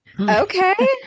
Okay